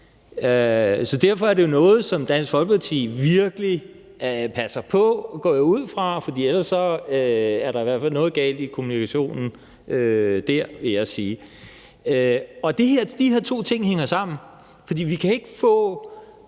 Så derfor er det jo noget, som Dansk Folkeparti virkelig passer på – går jeg ud fra – for ellers er der i hvert fald noget galt i kommunikationen dér, vil jeg sige. De her to ting hænger sammen, for vi kan ikke få